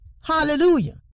Hallelujah